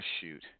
shoot